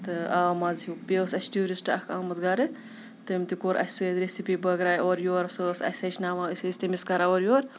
تہٕ آو مَزٕ ہیوٗ بیٚیہِ اوس اَسہِ ٹیوٗرِسٹ اَکھ آمُت گَرٕ تیٚم تہِ کوٚر اَسہِ سۭتۍ ریسِپی بٲگراے اورٕ یور سۄ ٲسۍ اَسہِ ہیٚچھناوان أسۍ ٲسۍ تیٚمِس کَران اورٕ یور